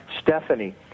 Stephanie